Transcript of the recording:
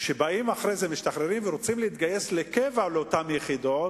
וכשאחרי זה הם משתחררים ורוצים להתגייס לקבע לאותן יחידות,